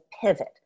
pivot